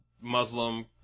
Muslim